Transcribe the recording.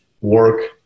work